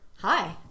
Hi